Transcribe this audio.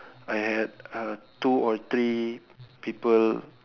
I had uh two or three people